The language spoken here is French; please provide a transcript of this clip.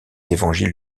évangiles